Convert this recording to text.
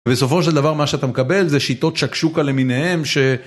בסופו של דבר מה שאתה מקבל זה שיטות שקשוקה למיניהם ש...